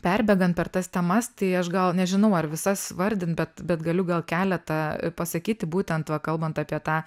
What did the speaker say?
perbėgant per tas temas tai aš gal nežinau ar visas vardint bet bet galiu gal keletą pasakyti būtent va kalbant apie tą